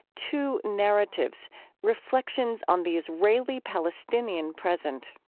two narratives reflections on the israeli-palestinian present.